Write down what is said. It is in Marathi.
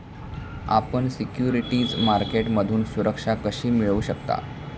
आपण सिक्युरिटीज मार्केटमधून सुरक्षा कशी मिळवू शकता?